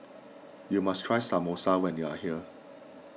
you must try Samosa when you are here